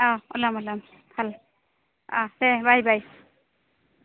অঁ ওলাম ওলাম ভাল অঁ দে বাই বাই